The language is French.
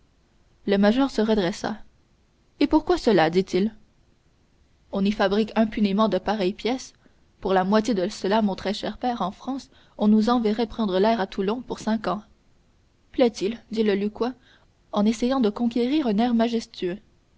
le major se redressa et pourquoi cela dit-il qu'on y fabrique impunément de pareilles pièces pour la moitié de cela mon très cher père en france on nous enverrait prendre l'air à toulon pour cinq ans plaît-il dit le lucquois en essayant de conquérir un air majestueux